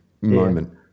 moment